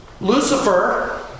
Lucifer